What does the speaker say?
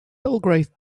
belgrave